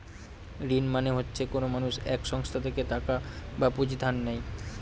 ঋণ মানে হচ্ছে কোনো মানুষ এক সংস্থা থেকে টাকা বা পুঁজি ধার নেয়